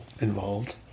involved